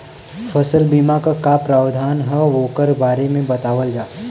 फसल बीमा क का प्रावधान हैं वोकरे बारे में बतावल जा?